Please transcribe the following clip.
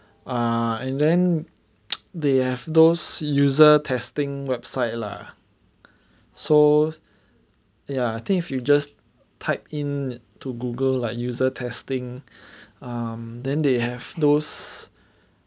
ah and then they have those user testing website lah so ya I think if you just type in to Google like user testing um then they have those